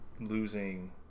losing